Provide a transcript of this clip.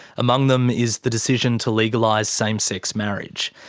among them is the decision to legalise same-sex marriage.